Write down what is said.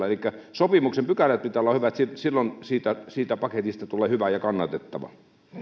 elikkä sopimuksen pykälien pitää olla hyvät silloin siitä siitä paketista tulee hyvä ja kannatettava